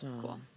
Cool